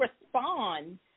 respond